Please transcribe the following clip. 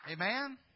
Amen